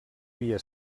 via